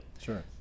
Sure